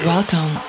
Welcome